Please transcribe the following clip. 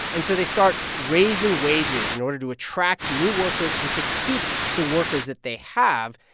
and so they start raising wages in order to attract new workers and to keep the workers that they have.